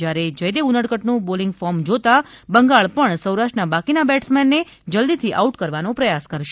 જયારે જયદેવ ઉનડકટનું bowling form જોતા બંગાળ પણ સૌરાષ્ટ્રના બાકીના બેટ્સમેનને જલ્દીથી આઉટ કરવાનો પ્રયાસ કરશે